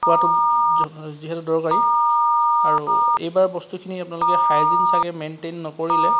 হোৱাটো যিহেতু দৰকাৰী আৰু এইবাৰ বস্তুখিনি আপোনালোকে হাইজিন ছাগৈ মেইণ্টেইন নকৰিলে